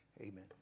amen